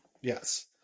Yes